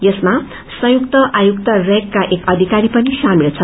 यसमा संयुक्त आयुक्त रवाकका एक अधिकारी पनि सामेल छ